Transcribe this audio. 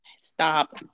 Stop